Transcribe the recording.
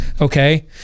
okay